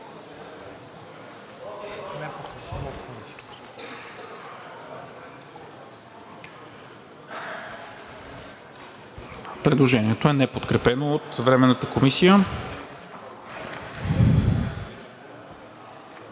Предложението не е подкрепено от Временната комисия.